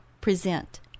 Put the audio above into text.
present